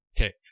okay